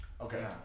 Okay